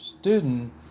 student